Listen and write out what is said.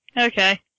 Okay